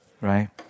right